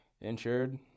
insured